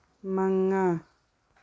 ꯃꯉꯥ